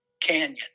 canyon